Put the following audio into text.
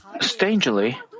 strangely